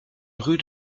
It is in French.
rue